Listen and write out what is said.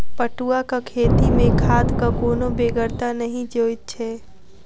पटुआक खेती मे खादक कोनो बेगरता नहि जोइत छै